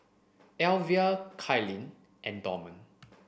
Alyvia Kylene and Dorman